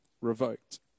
revoked